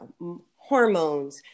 hormones